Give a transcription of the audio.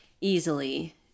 easily